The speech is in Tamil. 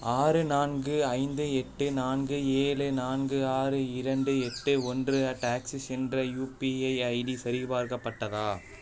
ஆறு நான்கு ஐந்து எட்டு நான்கு ஏழு நான்கு ஆறு இரண்டு எட்டு ஒன்று அட் ஆக்ஸிஸ் என்ற யுபிஐ ஐடி சரிபார்க்கப்பட்டதா